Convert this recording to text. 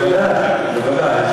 בוודאי.